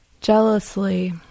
Jealously